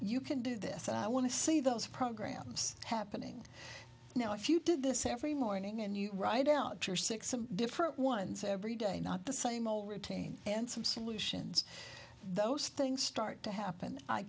you can do this i want to see those programs happening now if you do this every morning and you write out your six some different ones every day not the same old routine and some solutions those things start to happen